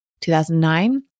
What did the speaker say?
2009